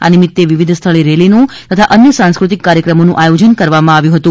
આ નિમિતે વિવિધ સ્થળે રેલીનું તથા અન્ય સાંસ્ક્રતિક કાર્યક્રમોનું આયોજન કરવામાં આવ્યું હતું